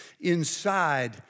inside